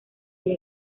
haya